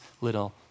little